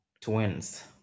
twins